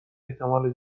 احتمال